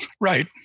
Right